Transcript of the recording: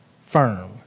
firm